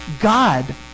God